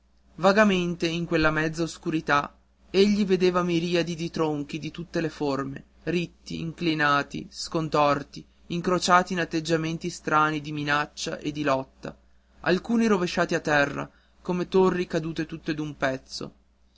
vagamente in quella mezza oscurità egli vedeva miriadi di tronchi di tutte le forme ritti inclinati scontorti incrociati in atteggiamenti strani di minaccia e di lotta alcuni rovesciati a terra come torri cadute tutte d'un pezzo